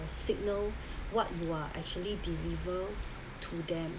signal what you're actually deliver to them